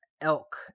Elk